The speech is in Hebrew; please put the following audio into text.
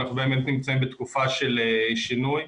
אנחנו נמצאים בתקופה של שינוי,